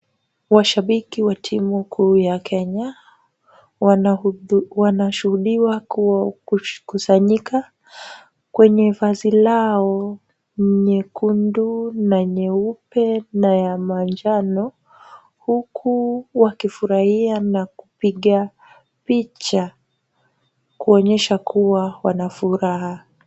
Mashabiki wa timu kuu ya Kenya wanashuhudiwa kukusanyika kwenye vazi lao nyekundu na nyeupe na ya manjano, huku wakifurahia na kupiga picha kuonyesha kuwa wana furaha.